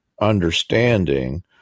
understanding